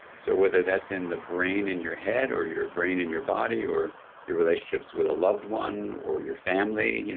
so whether that's in the brain in your head or your brain in your body or your relationships with a loved one or your family, you know